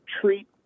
treat